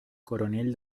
coronel